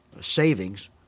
savings